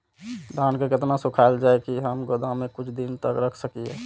धान के केतना सुखायल जाय की हम गोदाम में कुछ दिन तक रख सकिए?